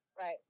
Right